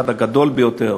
האחד הגדול ביותר